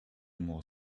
more